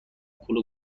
پول